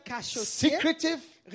secretive